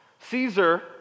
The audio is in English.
Caesar